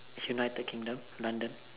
United Kingdom London